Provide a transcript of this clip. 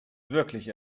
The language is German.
wirklich